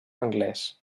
anglès